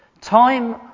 Time